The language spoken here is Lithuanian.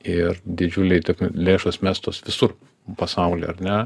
ir didžiuliai tik lėšos mestos visur pasauly ar ne